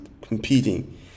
competing